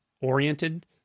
oriented